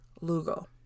Lugo